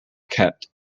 kept